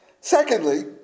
Secondly